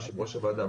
יושב ראש הוועדה,